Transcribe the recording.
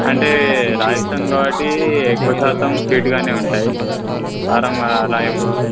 అంటే రాజస్థాన్ కాబట్టి ఎక్కువ శాతం స్వీట్గానే ఉంటాయి కారం ఆహారం అలానే ఉంది